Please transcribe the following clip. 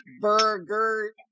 Burger